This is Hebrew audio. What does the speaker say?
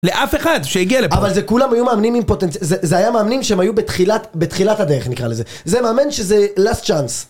לאף אחד שהגיע לפה. אבל זה כולם היו מאמנים עם פוטנציאל, זה היה מאמנים שהם היו בתחילת, בתחילת הדרך נקרא לזה. זה מאמן שזה last chance.